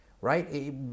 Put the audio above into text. right